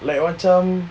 like macam